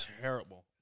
terrible